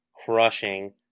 crushing